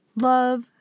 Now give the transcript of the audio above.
love